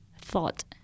thought